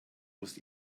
muss